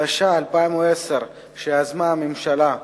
התש"ע 2010, שיזמה הממשלה.